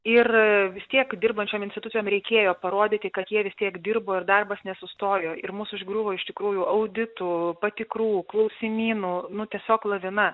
ir vis tiek dirbančiom institucijom reikėjo parodyti kad jie vis tiek dirbo ir darbas nesustojo ir mus užgriuvo iš tikrųjų auditų patikrų klausimynų nu tiesiog lavina